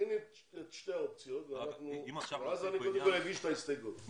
תכיני את שתי האופציות ואז אני קודם כל אגיש את ההסתייגות,